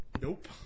Nope